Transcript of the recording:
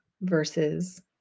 versus